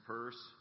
Purse